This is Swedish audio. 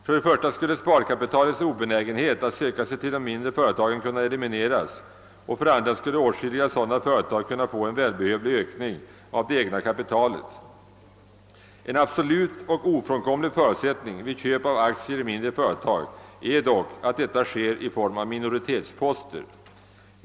För det första skulle sparkapitalets obenägenhet att söka sig till mindre företag kunna elimineras, och för det andra skulle åtskilliga sådana företag kunna få en välbehövlig ökning av det egna kapitalet. En absolut och ofrånkomlig förutsättning vid köp av aktier i mindre företag är dock att detta sker i form av minoritetsposter.